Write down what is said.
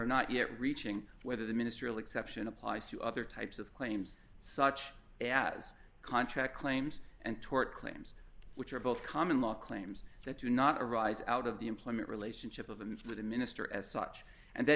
not yet reaching whether the ministerial exception applies to other types of claims such as contract claims and tort claims which are both common law claims that do not arise out of the employment relationship of the minister as such and that